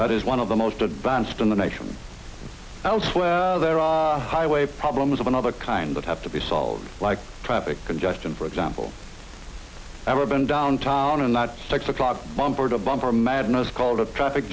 that is one of the most advanced in the nation elsewhere there are highway problems of another kind that have to be solved like traffic congestion for example ever been downtown in that six o'clock bumper to bumper madness called a traffic